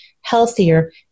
healthier